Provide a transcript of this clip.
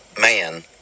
man